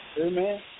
Amen